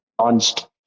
launched